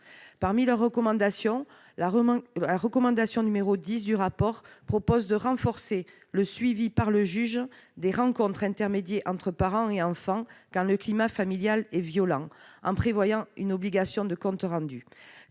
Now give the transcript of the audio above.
au sein des familles. La recommandation n° 10 de ce rapport vise le renforcement du suivi par le juge des rencontres intermédiées entre parents et enfants, quand le climat familial est violent, en prévoyant une obligation de compte rendu.